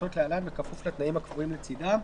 הפעולות המפורטות להלן בכפוף לתנאים הקבועים לצדם: